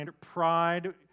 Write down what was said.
pride